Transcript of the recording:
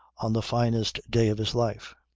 on the finest day of his life.